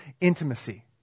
intimacy